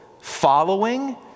Following